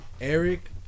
Eric